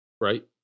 right